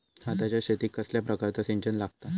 भाताच्या शेतीक कसल्या प्रकारचा सिंचन लागता?